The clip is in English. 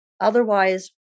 Otherwise